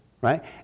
right